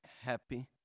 happy